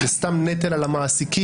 זה סתם נטל על המעסיקים.